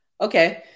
okay